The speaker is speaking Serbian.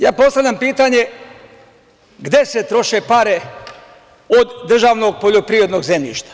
Ja postavljam pitanje – gde se troše pare od državnog poljoprivrednog zemljišta?